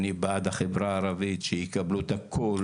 אני בעד החברה הערבית שיקבלו את הכל